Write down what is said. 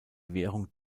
währung